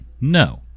No